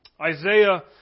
Isaiah